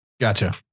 Gotcha